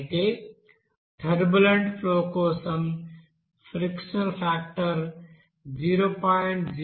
అయితే turbulent flow కోసం frictional factor 0